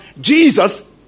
Jesus